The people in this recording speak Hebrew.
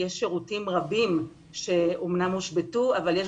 יש שירותים רבים שאמנם הושבתו אבל יש